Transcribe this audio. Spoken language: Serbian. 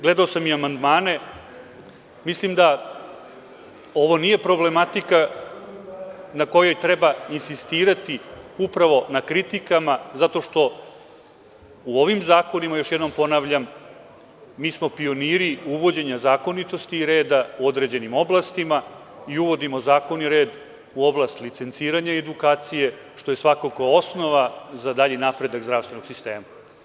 Gledao sam i amandmane, mislim da ovo nije problematika na kojoj treba insistirati upravo na kritikama zato što u ovim zakonima, još jednom ponavljam, mi smo pioniri uvođenja zakonitosti i reda u određenim oblastima i uvodimo zakon i red u oblast licenciranja i edukacije, što je svakako osnova za dalji napredak zdravstvenog sistema.